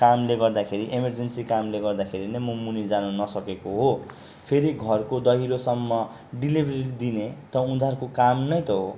कामले गर्दाखेरि इमरजेन्सी कामले गर्दाखेरि नै म मुनि जानु नसकेको हो फेरि घरको दहिलोसम्म डिलिभेरी दिने त उनीहरूको काम नै त हो